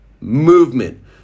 movement